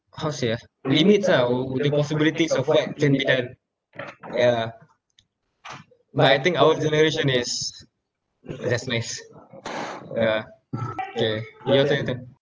how to say ah limits ah oo the possibilities of what can be done yeah but I think our generation is just nice yeah K your turn